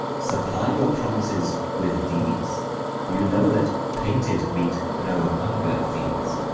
supply your promises with deeds you know that painted meat no hunger feeds.